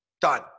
done